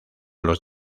los